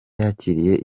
yakiriye